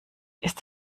ist